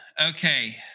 Okay